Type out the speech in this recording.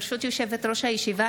ברשות יושבת-ראש הישיבה,